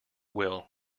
will